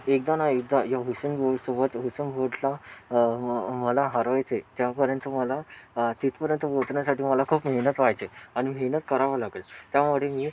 एकदा ना एकदा या हुसेन बोल्ट सोबत हुसेन बोल्टला मला हरवायचं आहे त्यापर्यंत मला तिथपर्यंत पोहचण्यासाठी मला खूप मेहनत पाहिजे आणि मेहनत करावं लागेल त्यामुळे मी